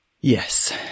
Yes